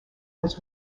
was